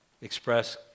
express